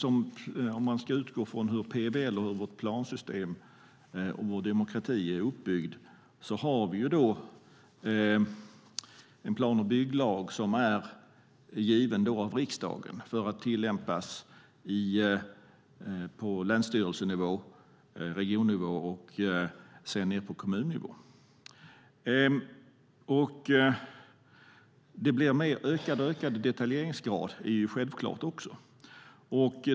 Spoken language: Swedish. Om man ska utgå från hur PBL, vårt plansystem och vår demokrati är uppbyggd har vi en plan och bygglag som är given av riksdagen för att tillämpas på länsstyrelsenivå, regionnivå och sedan ned på kommunnivå. Det blir självklart också ökad detaljeringsgrad.